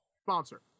Sponsor